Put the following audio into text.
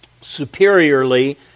superiorly